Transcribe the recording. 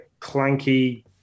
clanky